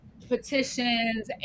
petitions